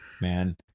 Man